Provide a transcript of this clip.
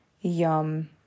Yum